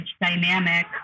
dynamic